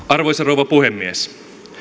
arvoisa rouva puhemies